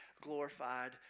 glorified